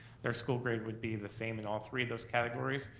their school grade would be the same in all three of those categories,